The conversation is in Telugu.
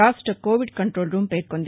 రాష్ట కోవిడ్ కంటోల్ రూమ్ పేర్కొంది